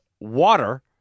water